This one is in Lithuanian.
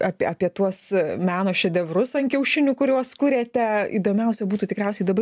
ap apie tuos meno šedevrus ant kiaušinių kuriuos kuriate įdomiausia būtų tikriausiai dabar